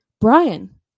Brian